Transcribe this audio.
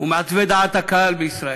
ומעצבי דעת הקהל בישראל,